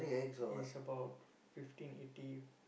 is about fifteen eighty